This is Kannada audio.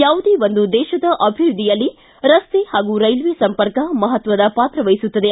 ಯಾವುದೇ ಒಂದು ದೇಶದ ಅಭಿವೃದ್ಧಿಯಲ್ಲಿ ರಸ್ತೆ ಹಾಗೂ ರೈಲ್ವೆ ಸಂಪರ್ಕ ಮಹತ್ವದ ಪಾತ್ರ ವಹಿಸುತ್ತದೆ